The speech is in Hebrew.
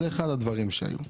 זה אחד הדברים שהיו.